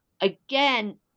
again